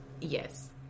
Yes